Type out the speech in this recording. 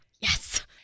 Yes